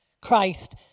Christ